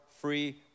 free